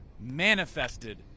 manifested